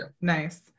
Nice